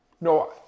No